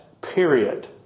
Period